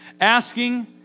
asking